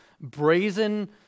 brazen